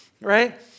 right